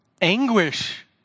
anguish